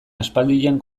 aspaldian